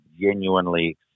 genuinely